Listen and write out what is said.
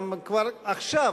גם כבר עכשיו,